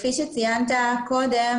כפי שציינת קודם,